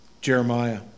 Jeremiah